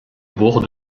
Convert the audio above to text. bord